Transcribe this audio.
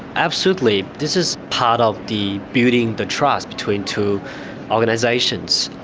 absolutely. this is part of the building the trust between two organisations.